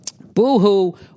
Boo-hoo